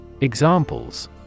Examples